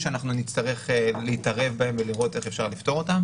שנצטרך להתערב בהם ולראות איך אפשר לפתור אותם